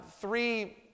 three